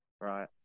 Right